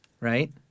right